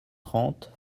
trente